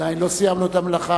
עדיין לא סיימנו את המלאכה,